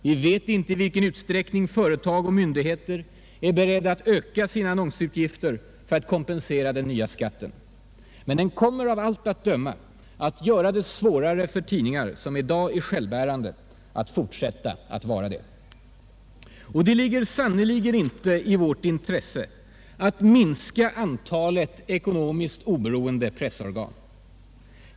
Vi vet inte i vilken utsträckning företag och myndigheter är beredda att öka sina annonsutgifter för att kompensera den nya skatten. Men den kommer av allt att döma att göra det svårare för tidningar som i dag är självbärande att fortsätta att vara det. Det ligger sannerligen inte i vårt intresse att minska antalet ekonomiskt oberoende pressorgan.